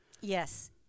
Yes